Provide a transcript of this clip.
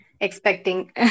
Expecting